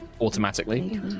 automatically